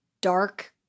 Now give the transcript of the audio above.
dark